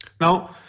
Now